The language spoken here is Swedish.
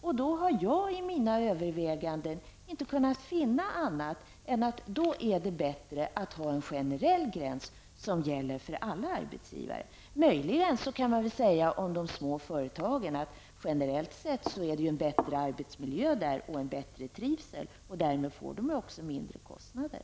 Och då har jag vid mina överväganden inte kunnat finna annat än att det då är bättre att ha en generell gräns som gäller för alla arbetsgivare. Möjligen kan man om de små företagen säga att de generellt sätt har en bättre arbetsmiljö och en bättre trivsel och därmed får lägre kostnader.